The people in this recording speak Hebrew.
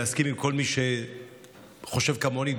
להסכים עם כל מי שחושב כמוני,